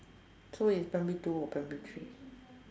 so he's primary two or primary three